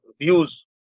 views